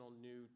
new